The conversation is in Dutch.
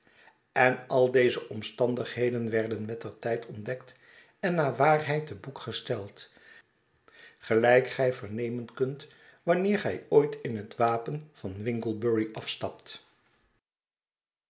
en al deze omstandigheden werden mettertijd ontdekt en naar waarheid te boek gesteld gelijk gij vernemen kunt wanneer gij ooit in het wapen van winglebury afstapt